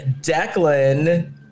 Declan